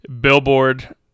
Billboard